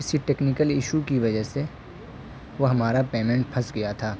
کسی technical issue کی وجہ سے وہ ہمارا پیمنٹ پھنس گیا تھا